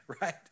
right